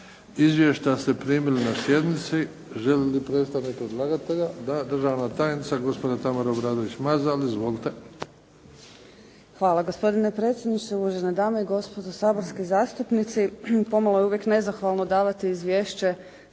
Izvješća ste primili na sjednici. Želi li predstavnik predlagatelja? Da. Državna tajnica, gospođa Tamara Obradović Mazal. Izvolite. **Obradović Mazal, Tamara** Hvala gospodine predsjedniče, uvažene dame i gospodo saborski zastupnici. Pomalo je uvijek nezahvalno davati izvješće